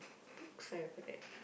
books I've read